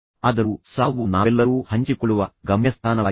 ಆದರೂ ಸಾವು ನಾವೆಲ್ಲರೂ ಹಂಚಿಕೊಳ್ಳುವ ಗಮ್ಯಸ್ಥಾನವಾಗಿದೆ